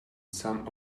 some